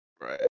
Right